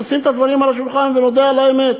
נשים את הדברים על השולחן ונודה על האמת.